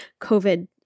COVID